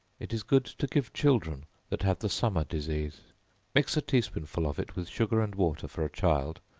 it is good to give children that have the summer disease mix a tea-spoonful of it with sugar and water for a child,